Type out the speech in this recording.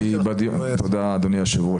תודה, אדוני היושב-ראש.